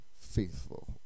faithful